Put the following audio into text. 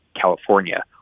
California